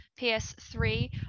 PS3